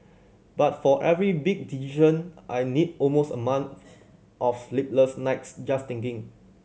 but for every big decision I need almost a month of sleepless nights just thinking